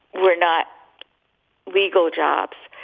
were not legal jobs.